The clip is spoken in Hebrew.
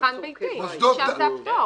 צרכן ביתי, שם זה הפטור.